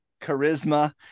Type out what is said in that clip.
charisma